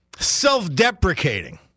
Self-deprecating